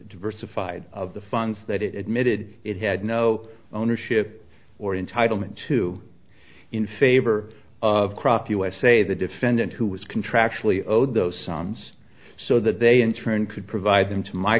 diversified of the funds that it admitted it had no ownership or entitlement to in favor of crop usa the defendant who was contractually owed those sums so that they in turn could provide them to my